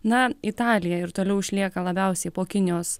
na italija ir toliau išlieka labiausiai po kinijos